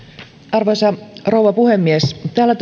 arvoisa rouva puhemies täällä